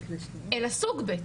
אלא סוג ב',